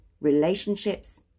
relationships